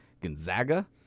Gonzaga